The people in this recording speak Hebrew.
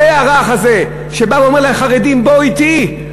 הפה הרך הזה שבא ואומר לחרדים: בואו אתי,